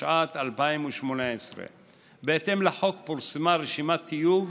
התשע"ט 2018. בהתאם לחוק פורסמה רשימת תיוג,